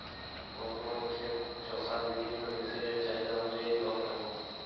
বর্তমানে ক্ষেত চষার বিভিন্ন মেশিন এর চাহিদা অনুযায়ী দর কেমন?